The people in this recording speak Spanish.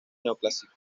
neoclásico